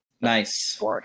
Nice